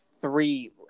three